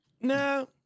no